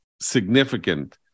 significant